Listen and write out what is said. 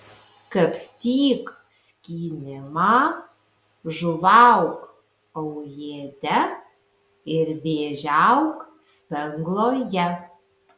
kapstyk skynimą žuvauk aujėde ir vėžiauk spengloje